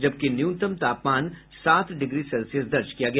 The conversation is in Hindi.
जबकि न्यूनतम तापमान सात डिग्री सेल्सियस दर्ज किया गया